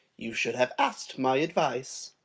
you should have asked my advice.